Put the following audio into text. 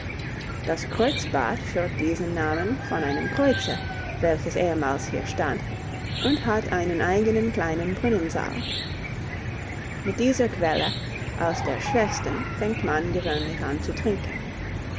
das kreuzbad führt diesen namen von einem kreuze welches ehemals hier stand und hat einen eigenen kleinen brunnensaal mit dieser quelle als der schwächsten fängt man gewöhnlich an zu trinken